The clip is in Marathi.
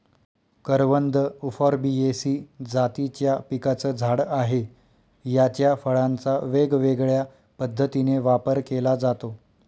करवंद उफॉर्बियेसी जातीच्या पिकाचं झाड आहे, याच्या फळांचा वेगवेगळ्या पद्धतीने वापर केला जातो